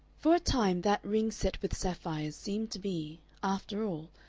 for a time that ring set with sapphires seemed to be, after all,